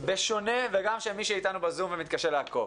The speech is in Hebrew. וגם למי שאיתנו בזום ומתקשה לעקוב